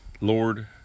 lord